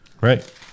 right